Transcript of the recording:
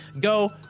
Go